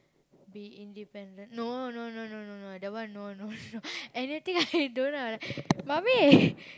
be independent no no no no no no that one no no no anything I don't know I like mummy